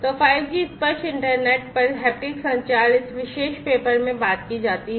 तो 5 G स्पर्श internet पर हैप्टिक संचार इस विशेष पेपर में बात की जाती है